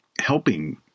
helping